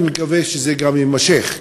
אני מקווה שזה גם יימשך,